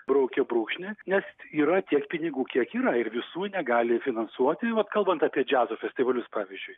braukia brūkšnį nes yra tiek pinigų kiek yra ir visų negali finansuoti vat kalbant apie džiazo festivalius pavyzdžiui